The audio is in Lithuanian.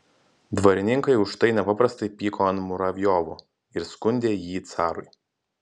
dvarininkai už tai nepaprastai pyko ant muravjovo ir skundė jį carui